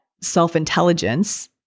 self-intelligence